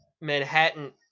Manhattan